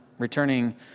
Returning